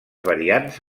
variants